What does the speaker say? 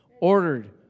Ordered